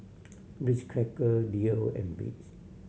Ritz Cracker Leo and Beats